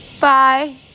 Bye